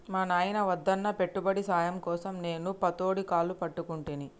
మా నాయిన వద్దన్నా పెట్టుబడి సాయం కోసం నేను పతోడి కాళ్లు పట్టుకుంటిని